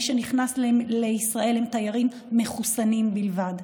מי שנכנסים לישראל הם תיירים מחוסנים בלבד.